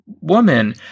woman